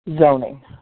zoning